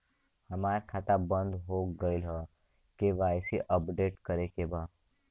हमार खाता बंद हो गईल ह के.वाइ.सी अपडेट करे के बा?